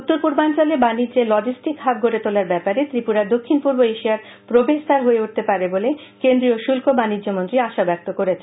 উত্তর পূর্বাঞ্চলে বাণিজ্যে লজিস্টিক হাব গডে তোলার ব্যাপারে ত্রিপুরা দক্ষিণ পূর্ব এশিয়ার প্রবেশ দ্বার হয়ে উঠতে পারে বলে কেন্দ্রীয় শুল্ক বাণিজ্যমন্ত্রী আশা ব্যক্ত করেছেন